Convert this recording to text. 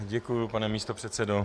Děkuju, pane místopředsedo.